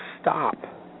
stop